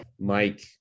Mike